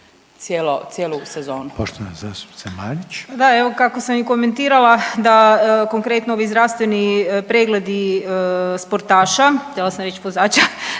Marić. **Marić, Andreja (SDP)** Da, evo kako sam komentirala da konkretno ovi zdravstveni pregledi sportaša, htjela sam reći vozača,